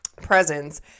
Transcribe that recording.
presence